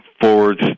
forwards